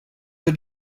the